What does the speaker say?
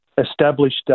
established